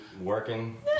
Working